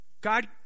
God